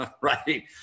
right